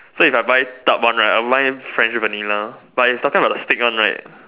so if I buy tub one right I would buy French Vanilla but if we talking about the stick one right